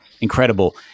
incredible